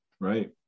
Right